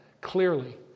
clearly